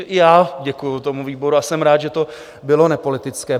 I já děkuju výboru a jsem rád, že to bylo nepolitické.